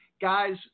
Guys